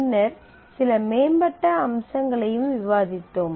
பின்னர் சில அட்வான்ஸ்ட் அம்சங்களையும் விவாதித்தோம்